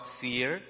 fear